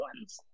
ones